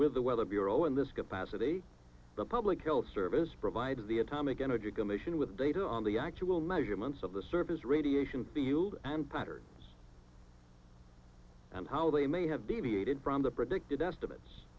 with the weather bureau in this capacity the public health service provided the atomic energy commission with data on the actual measurements of the surface radiation the yield and patterns and how they may have deviated from the predicted estimates